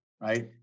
right